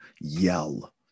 yell